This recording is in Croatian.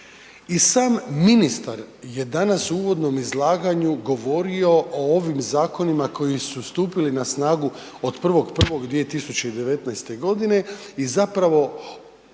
I sam ministar je danas u uvodnom izlaganju govorio o ovim zakonima koji su stupili na snagu od 1. 1. 2019. g. i zapravo